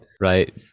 right